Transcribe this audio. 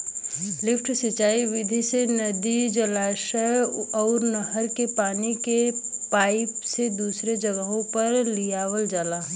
lift सिंचाई विधि से नदी, जलाशय अउर नहर के पानी के पाईप से दूसरी जगह पे लियावल जाला